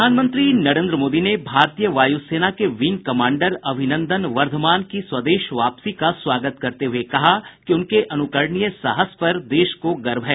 प्रधानमंत्री नरेन्द्र मोदी ने भारतीय वायु सेना के विंग कमांडर अभिनंदन वर्धमान की स्वदेश वापसी का स्वागत करते हुए कहा कि उनके अनुकरणीय साहस पर देश को गर्व है